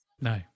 No